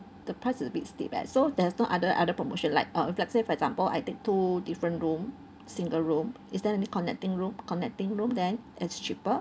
the price is a bit steep leh so there's no other other promotion like uh let's say for example I take two different room single room is there any connecting room connecting room then it's cheaper